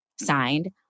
Signed